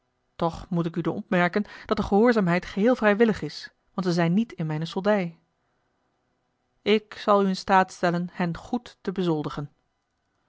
toch moet ik u doen opmerken dat de gehoorzaamheid geheel vrijwillig is want ze zijn niet in mijne soldij ik zal u in staat stellen hen goed te bezoldigen